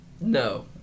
No